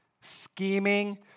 scheming